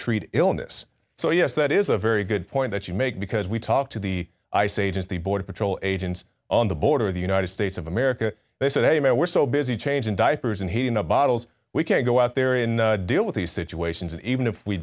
treat illness so yes that is a very good point that you make because we talked to the ice agents the border patrol agents on the border of the united states of america they said hey man we're so busy changing diapers and he you know bottles we can't go out there in deal with these situations and even if we